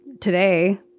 today